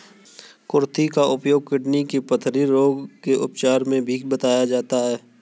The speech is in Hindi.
कुर्थी का उपयोग किडनी के पथरी रोग के उपचार में भी बताया जाता है